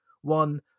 one